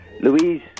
Louise